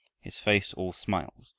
his face all smiles,